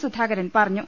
സുധാകരൻ പറഞ്ഞു